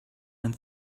and